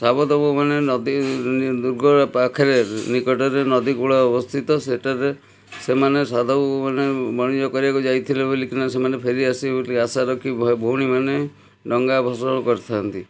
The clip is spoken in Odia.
ସାବତ ବୋହୂମାନେ ନଦୀ ଦୁର୍ଗ ପାଖରେ ନିକଟରେ ନଦୀକୂଳ ଅବସ୍ଥିତ ସେଠାରେ ସେମାନେ ସାଧବ ବୋହୂମାନେ ବଣିଜ କରିବାକୁ ଯାଇଥିଲେ ବୋଲିକିନା ସେମାନେ ଫେରି ଆସିବେ ବୋଲି ଆଶା ରଖି ଭଉଣୀମାନେ ଡଙ୍ଗା ଭସାଣ କରିଥାଆନ୍ତି